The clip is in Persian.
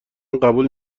قبول